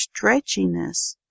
stretchiness